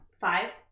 five